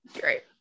Great